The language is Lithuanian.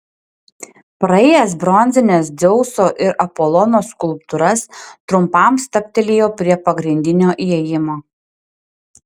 praėjęs bronzines dzeuso ir apolono skulptūras trumpam stabtelėjau prie pagrindinio įėjimo